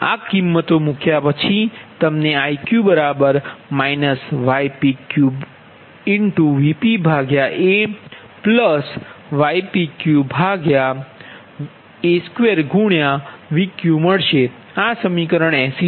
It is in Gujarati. આ કિમતો મૂક્યા પછી તમને Iq ypq aVpypq a2Vqમળશે આ સમીકરણ 80 છે